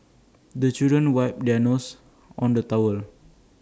the children wipe their noses on the towel